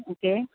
okay